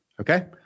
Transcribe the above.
Okay